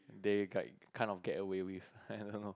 they like kind of get away with I don't know